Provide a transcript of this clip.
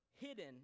hidden